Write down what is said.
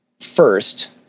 first